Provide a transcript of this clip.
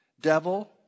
devil